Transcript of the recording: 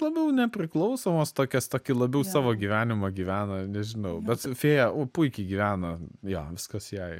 labiau nepriklausomos tokios tokį labiau savo gyvenimą gyvena nežinau bet fėja u puikiai gyvena jo viskas jai